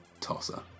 tosser